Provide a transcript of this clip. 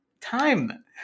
Time